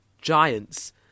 giants